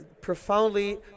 profoundly